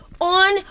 on